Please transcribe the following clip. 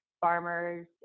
farmers